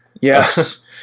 Yes